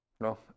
No